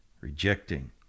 rejecting